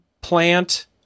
plant